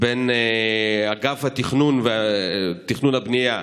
בין אגף תכנון הבנייה,